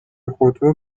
خودرو